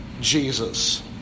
Jesus